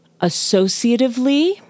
associatively